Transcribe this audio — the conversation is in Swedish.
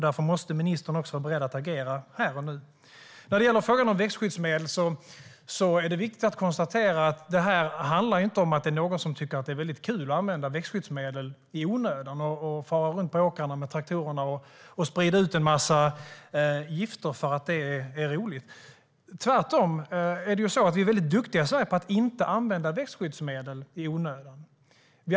Därför måste ministern också vara beredd att agera här och nu. När det gäller frågan om växtskyddsmedel är det viktigt att konstatera att det inte handlar om att det är någon som tycker att det är väldigt kul att använda växtskyddsmedel i onödan. Det handlar inte om att det är någon som far runt på åkrarna med traktorerna och sprider ut en massa gifter för att det är roligt. Vi är tvärtom väldigt duktiga i Sverige på att inte använda växtskyddsmedel i onödan.